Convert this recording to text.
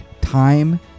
time